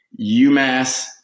UMass